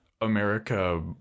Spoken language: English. America